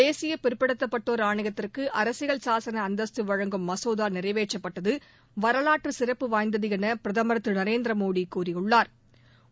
தேசிய பிற்படுத்தப்பட்டோர் ஆணையத்திற்கு அரசியல் சாசன அந்தஸ்து வழங்கும் மசோதா நிறைவேற்றப்பட்டது வரலாற்று சிறப்பு வாய்ந்தது என பிரதம் திரு நரேந்திர மோடி கூறியுள்ளா்